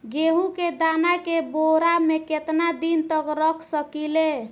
गेहूं के दाना के बोरा में केतना दिन तक रख सकिले?